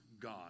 God